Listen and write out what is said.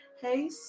Hey